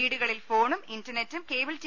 വീടുകളിൽ ഫോണും ഇന്റനെറ്റും കേബിൾ ടി